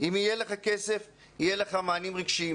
אם יהיה לך כסף - יהיו לך מענים רגשיים,